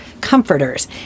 comforters